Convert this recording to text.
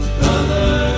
brother